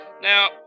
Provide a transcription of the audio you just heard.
now